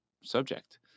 subject